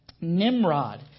Nimrod